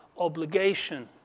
obligation